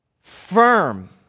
firm